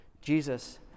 Jesus